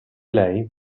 lei